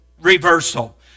reversal